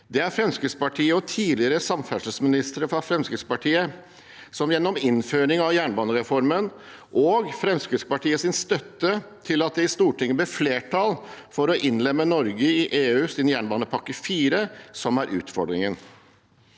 Det er Fremskrittspartiet og tidligere samferdselsministere fra Fremskrittspartiet som innførte jernbanereformen, og Fremskrittspartiets støtte til at det i Stortinget ble flertall for å innlemme Norge i EUs jernbanepakke IV, som er utfordringen.